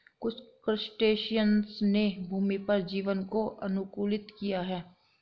कुछ क्रस्टेशियंस ने भूमि पर जीवन को अनुकूलित किया है